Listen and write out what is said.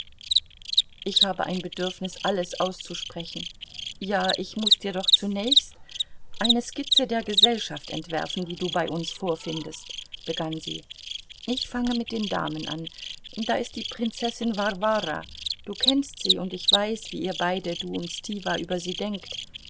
ich habe ein bedürfnis alles auszusprechen ja ich muß dir doch zunächst eine skizze der gesellschaft entwerfen die du bei uns vorfindest begann sie ich fange mit den damen an da ist die prinzessin warwara du kennst sie und ich weiß wie ihr beide du und stiwa über sie denkt